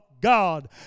God